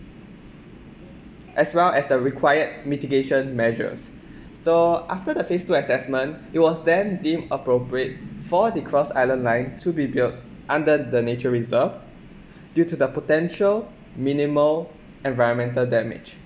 as well as the required mitigation measures so after the phase two assessment it was then deemed appropriate for the cross island line to be built under the nature reserve due to the potential minimal environmental damage